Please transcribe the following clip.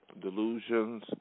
delusions